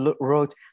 wrote